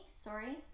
Sorry